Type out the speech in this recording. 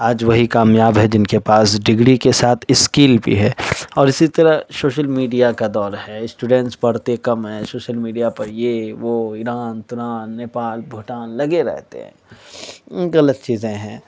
آج وہی کامیاب ہے جن کے پاس ڈگڑی کے ساتھ اسکل بھی ہے اور اسی طرح شوشل میڈیا کا دور ہے اسٹوڈینس پڑھتے کم ہیں شوشل میڈیا پر یہ وہ اتران تران نیپال بھوٹان لگے رہتے ہیں غلط چیزیں ہیں